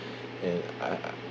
and I I